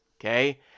okay